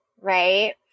right